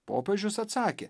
popiežius atsakė